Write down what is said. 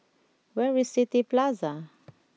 where is City Plaza